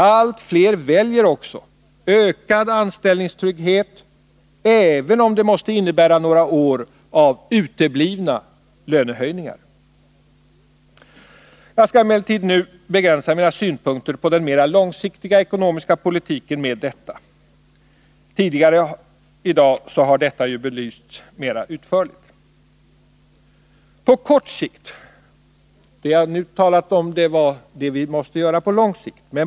Allt fler väljer också ökad anställningstrygghet, även om det måste innebära några år av uteblivna lönehöjningar. Jag skall emellertid nu begränsa mina synpunkter på den mer långsiktiga ekonomiska politiken med detta. Tidigare i dag har ju denna belysts mera utförligt. Det jag hittills har talat om är vad vi måste göra på lång sikt.